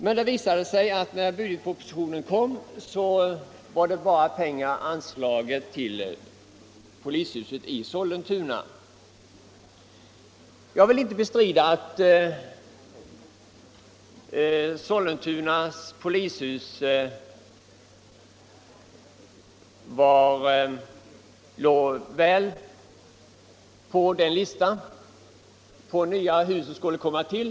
Men när budgetpropositionen kom visade det sig att pengar bara hade anslagits till polishuset i Sollentuna. Jag vill inte bestrida att Sollentunas polishus låg väl till på listan över nya hus som skulle komma till.